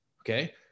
okay